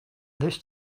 this